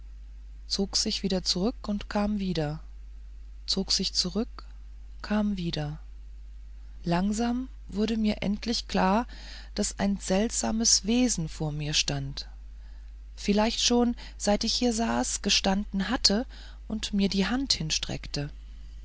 zog sich zurück und kam wieder zog sich zurück kam wieder langsam wurde mir endlich klar daß ein seltsames wesen vor mir stand vielleicht schon seit ich hier saß dagestanden hatte und mir die hand hinstreckte